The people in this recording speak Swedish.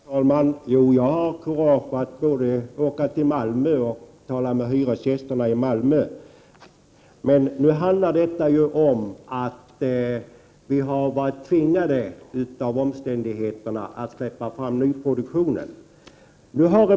Herr talman! Jo, jag har kurage att både åka till Malmö och tala med hyresgästerna där. Men nu handlar detta om att omständigheterna har tvingat oss att släppa fram nyproduktionen.